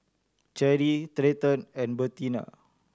Cherri Treyton and Bertina